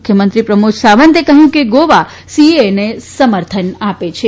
મુખ્યમંત્રી પ્રમોદ સાવંતે કહ્યું કે ગોવા સીએએને સમર્થન આપે છે